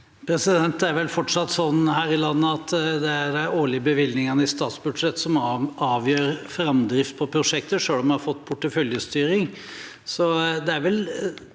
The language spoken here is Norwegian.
Det er vel fortsatt sånn her i landet at det er de årlige bevilgningene i statsbudsjettet som avgjør framdrift på prosjekter, selv om vi har fått porteføljestyring.